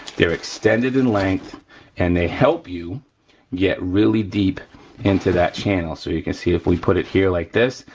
they're extended in length and they help you get really deep into that channel, so you can see if we put it here like this,